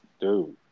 dude